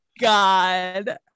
God